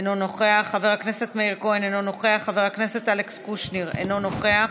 אינו נוכח, חבר הכנסת מאיר כהן, אינו נוכח,